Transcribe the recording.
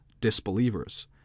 disbelievers